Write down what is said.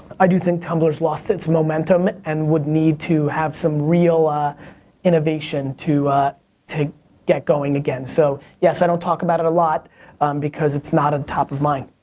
i do think tumblr's lost its momentum and would need to have some real ah innovation to to get going again. so yes, i don't talk about it a lot because it's not atop of mind.